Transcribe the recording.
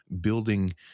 building